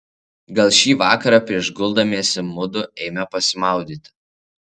gal šį vakarą prieš guldamiesi mudu eime pasimaudyti